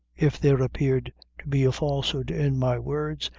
if there appeared to be a falsehood in my words,